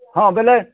ହଁ ବେଲେ